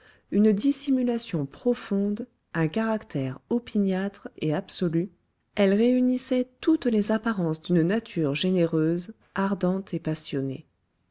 une dissimulation profonde un caractère opiniâtre et absolu elle réunissait toutes les apparences d'une nature généreuse ardente et passionnée